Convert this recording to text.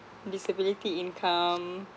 disability income